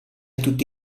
tutti